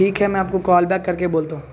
ٹھیک ہے میں آپ کو کال بیک کرکے بولتا ہوں